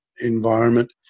environment